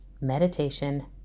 meditation